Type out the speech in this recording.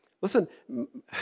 Listen